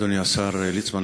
אדוני השר ליצמן,